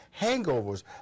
hangovers